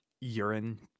urine